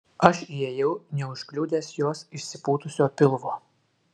aš įėjau neužkliudęs jos išsipūtusio pilvo